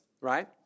right